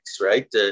right